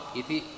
iti